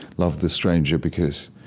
love the stranger because,